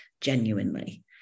genuinely